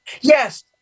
Yes